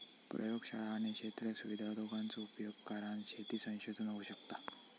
प्रयोगशाळा आणि क्षेत्र सुविधा दोघांचो उपयोग करान शेती संशोधन होऊ शकता